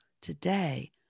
today